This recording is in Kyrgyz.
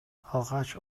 алгач